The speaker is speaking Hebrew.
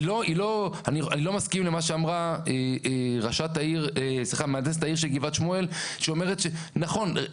אני לא מסכים למה שאמרה מהנדסת העיר של גבעת שמואל שאומרת נכון,